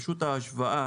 פשוט ההשוואה